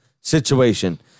situation